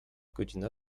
godzina